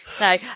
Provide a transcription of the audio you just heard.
No